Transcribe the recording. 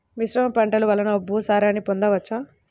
మిశ్రమ పంటలు వలన భూసారాన్ని పొందవచ్చా?